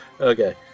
Okay